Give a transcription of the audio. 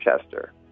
Chester